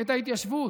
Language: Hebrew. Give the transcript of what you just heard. את ההתיישבות.